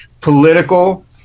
political